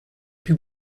più